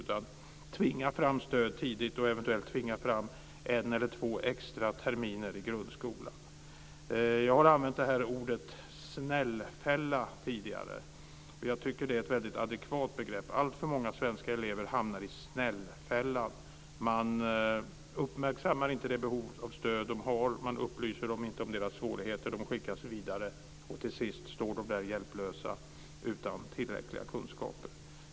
Man måste tvinga fram stöd tidigt och eventuellt tvinga fram en eller två extra terminer i grundskolan. Jag har använt ordet snällfälla tidigare. Jag tycker att det är ett väldigt adekvat begrepp. Alltför många svenska elever hamnar i snällfällan. Man uppmärksammar inte deras behov av stöd. Man upplyser dem inte om deras svårigheter, utan de skickas vidare. Till sist står de där hjälplösa utan tillräckliga kunskaper.